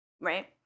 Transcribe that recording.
right